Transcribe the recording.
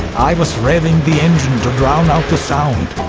i was revving the engine to drown out the sound.